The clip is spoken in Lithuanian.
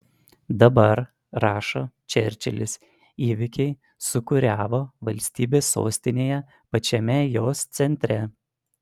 dabar rašo čerčilis įvykiai sūkuriavo valstybės sostinėje pačiame jos centre